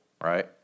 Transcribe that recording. right